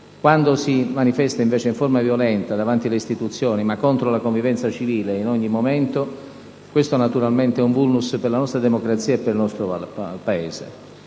Quando si manifesta però in forma violenta davanti ai Palazzi delle istituzioni ma contro lo convivenza civile, e in ogni momento, ciò rappresenta naturalmente un *vulnus* per la nostra democrazia e per il nostro Paese.